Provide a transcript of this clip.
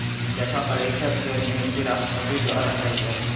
महालेखापरीक्षक के नियुक्ति राष्ट्रपति द्वारा कइल जा हइ